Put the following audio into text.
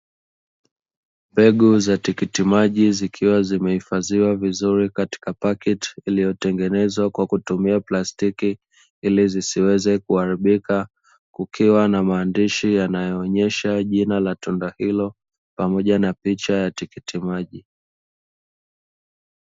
Mbegu za tikiti maji zikiwa zimehifadhiwa vizuri katika pakiti iliyotengenezwa kwa kutumia plastiki ili zisiweze kuharibika, kukiwa na maandishi yanayoonesha jina la tunda hilo pamoja na picha ya tikiti maji.